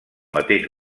mateix